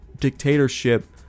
dictatorship